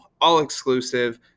all-exclusive